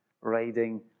riding